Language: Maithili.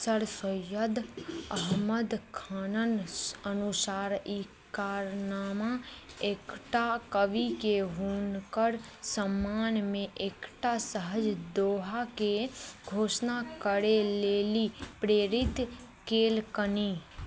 सर सैयद अहमद खान अनुसार ई कारनामा एकटा कविकेँ हुनकर सम्मानमे एकटा सहज दोहाके घोषणा करै लेल प्रेरित कएलकनि